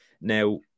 Now